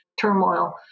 turmoil